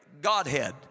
Godhead